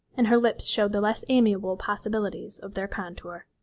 and her lips showed the less amiable possibilities of their contour.